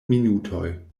minutoj